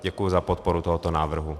Děkuji za podporu tohoto návrhu.